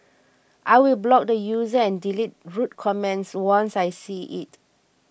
I will block the user and delete rude comments once I see it